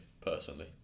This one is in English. personally